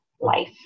life